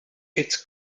its